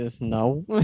No